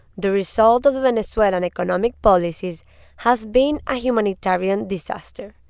the result of venezuelan economic policies has been a humanitarian disaster.